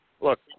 look